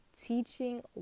Teaching